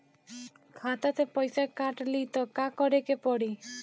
खाता से पैसा काट ली त का करे के पड़ी?